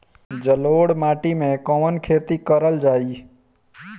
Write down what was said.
जलोढ़ माटी में कवन खेती करल जाई?